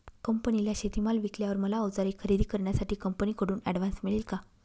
कंपनीला शेतीमाल विकल्यावर मला औजारे खरेदी करण्यासाठी कंपनीकडून ऍडव्हान्स मिळेल का?